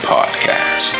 Podcast